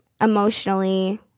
emotionally